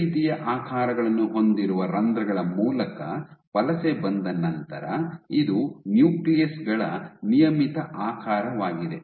ಈ ರೀತಿಯ ಆಕಾರಗಳನ್ನು ಹೊಂದಿರುವ ರಂಧ್ರಗಳ ಮೂಲಕ ವಲಸೆ ಬಂದ ನಂತರ ಇದು ನ್ಯೂಕ್ಲಿಯಸ್ ಗಳ ನಿಯಮಿತ ಆಕಾರವಾಗಿದೆ